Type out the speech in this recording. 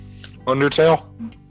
Undertale